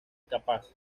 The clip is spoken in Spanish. capaz